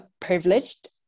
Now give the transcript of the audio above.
privileged